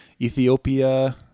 ethiopia